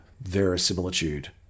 Verisimilitude